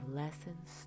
lessons